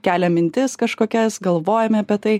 kelia mintis kažkokias galvojame apie tai